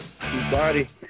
body